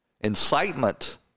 Incitement